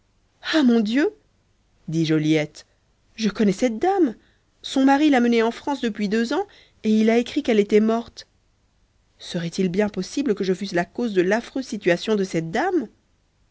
ah mon dieu dit joliette je connais cette dame son mari l'a menée en france depuis deux ans et il a écrit qu'elle était morte serait-il possible que je fusse la cause de l'affreuse situation de cette dame